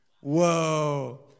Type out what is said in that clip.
Whoa